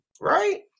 right